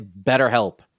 BetterHelp